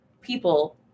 people